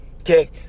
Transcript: okay